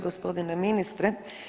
Gospodine ministre.